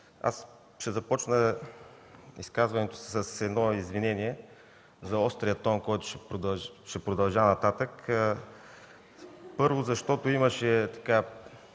Ще започна изказването си с извинение за острия тон, с който ще продължа нататък, първо, защото имаше, да